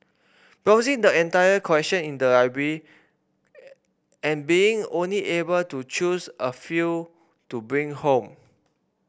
browsing the entire collection in the library and being only able to choose a few to bring home